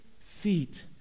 feet